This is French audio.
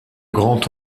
grand